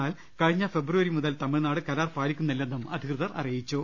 എന്നാൽ കഴിഞ്ഞ ഫെബ്രുവരി മുതൽ തമിഴ്നാട് കരാർ പാലിക്കുന്നില്ലെന്നും അധികൃതർ പറഞ്ഞു